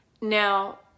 now